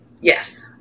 Yes